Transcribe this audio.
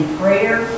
prayer